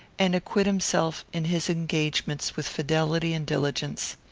and acquit himself in his engagements with fidelity and diligence.